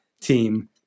Team